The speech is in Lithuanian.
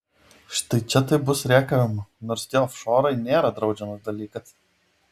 štai čia tai bus rėkavimų nors tie ofšorai nėra draudžiamas dalykas